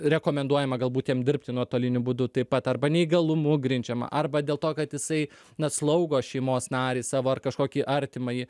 rekomenduojama galbūt jam dirbti nuotoliniu būdu taip pat arba neįgalumu grindžiama arba dėl to kad jisai na slaugo šeimos narį savo ar kažkokį artimąjį